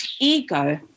Ego